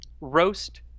roast